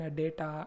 data